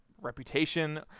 reputation